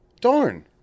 Darn